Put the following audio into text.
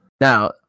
Now